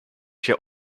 się